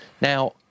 Now